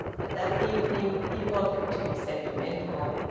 but that evening he wanted to be sentimental.